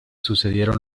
sucedieron